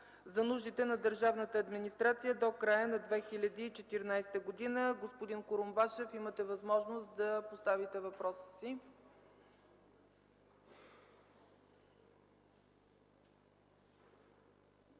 за нуждите на държавната администрация до края на 2014 г. Господин Курумбашев, имате възможност да поставите въпроса си.